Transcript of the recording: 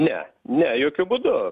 ne ne jokiu būdu